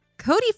Cody